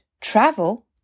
travel